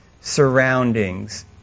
surroundings